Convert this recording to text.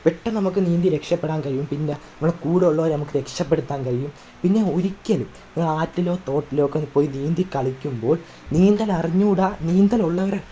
പെട്ടെന്ന് നമ്മൾക്ക് നീന്തി രക്ഷപ്പെടാൻ കഴിയും പിന്നെ നമ്മളെ കൂടെയുള്ളവെരെ നമുക്ക് രക്ഷപ്പെടുത്താൻ കഴിയും പിന്നെ ഒരിക്കലും വല്ല ആറ്റിലോ തോട്ടിലോ ഒക്കെ പോയി നീന്തി കളിക്കുമ്പോൾ നീന്തൽ അറിഞ്ഞു കൂട നീന്തലുള്ളവരെ